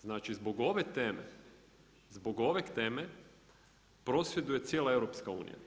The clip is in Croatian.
Znači zbog ove teme, zbog ove teme prosvjeduje cijela EU.